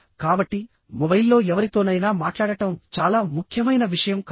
కాబట్టి మొబైల్లో ఎవరితోనైనా మాట్లాడటం చాలా ముఖ్యమైన విషయం కాదు